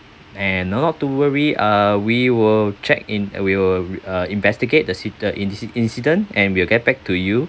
and not to worry uh we will check in we will uh investigate the sit~ the inci~ incident and we will get back to you